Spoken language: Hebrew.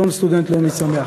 יום סטודנט לאומי שמח.